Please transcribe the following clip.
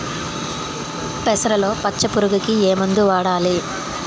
పెసరలో పచ్చ పురుగుకి ఏ మందు వాడాలి?